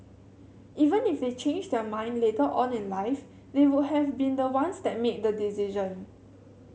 even if they change their mind later on in life they would have been the ones that made the decision